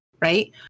Right